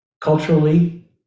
culturally